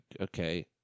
okay